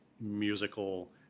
musical